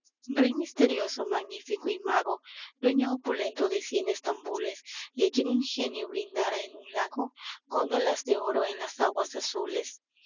rey misterioso magnífico y mago dueño opulento de cien estambules y a quien un genio brindara en un lago góndolas de oro en las aguas azules